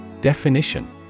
Definition